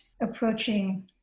approaching